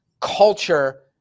culture